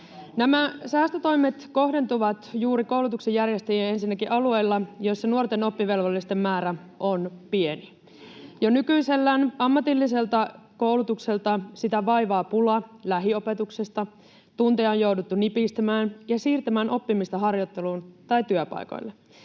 Nämä säästötoimet kohdentuvat juuri koulutuksen järjestäjiin ensinnäkin alueilla, joilla nuorten oppivelvollisten määrä on pieni. Jo nykyisellään ammatillista koulutusta vaivaa pula lähiopetuksesta. Tunteja on jouduttu nipistämään ja oppimista siirtämään harjoitteluun tai työpaikoille.